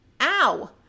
ow